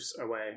away